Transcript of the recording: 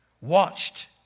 Watched